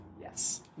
Yes